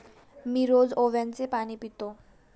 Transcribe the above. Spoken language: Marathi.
मी रोज ओव्याचे पाणी पितो